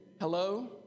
Hello